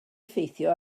effeithio